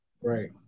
Right